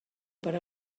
per